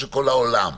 אבל כל עוד יש ברירה,